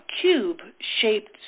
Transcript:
cube-shaped